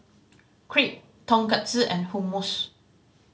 Crepe Tonkatsu and Hummus